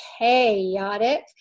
chaotic